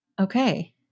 Okay